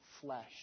flesh